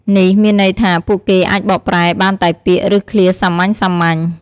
នេះមានន័យថា ពួកគេអាចបកប្រែបានតែពាក្យ ឬឃ្លាសាមញ្ញៗ។